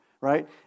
right